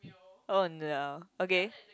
oh no okay